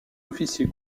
officier